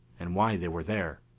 and why they were there,